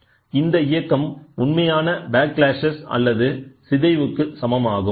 எனவே இந்த இயக்கம் உண்மையான ப்ளாக்ளாஷ் அல்லது சிதைவுக்கு சமமாகும்